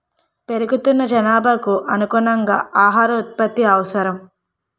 పెరుగుతున్న జనాభాకు అనుగుణంగా ఆహార ఉత్పత్తి అవసరం